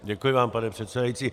Děkuji vám, pane předsedající.